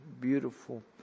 beautiful